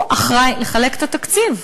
הוא אחראי לחלוקת התקציב,